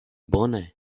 bone